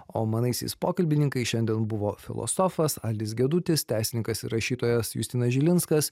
o manaisiais pokalbininkais šiandien buvo filosofas aldis gedutis teisininkas ir rašytojas justinas žilinskas